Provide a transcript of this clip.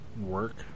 work